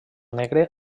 negre